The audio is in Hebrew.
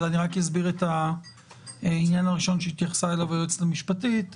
אני רק אסביר את העניין הראשון שהתייחסה אליו היועצת המשפטית.